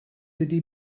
ydy